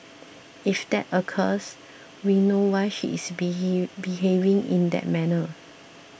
if that occurs we know why she is behave behaving in that manner